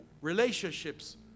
relationships